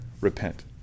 Repent